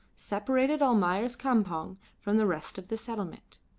separated almayer's campong from the rest of the settlement.